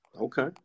okay